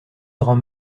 grand